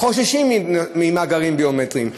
חוששים ממאגרים ביומטריים.